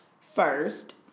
First